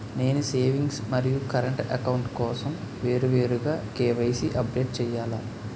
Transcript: నేను సేవింగ్స్ మరియు current account కోసం వేరువేరుగా కే.వై.సీ అప్డేట్ చేయాలా?